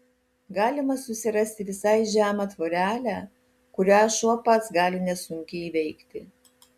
galima susirasti visai žemą tvorelę kurią šuo pats gali nesunkiai įveikti